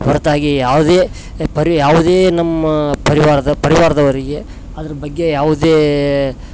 ಹೊರತಾಗಿ ಯಾವುದೇ ಪರಿ ಯಾವುದೇ ನಮ್ಮ ಪರಿವಾರದ ಪರಿವಾರದವರಿಗೆ ಅದ್ರ ಬಗ್ಗೆ ಯಾವುದೇ